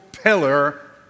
pillar